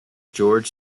george